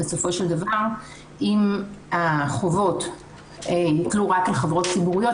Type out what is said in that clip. בסופו של דבר אם החובות יוטלו רק על חברות ציבוריות,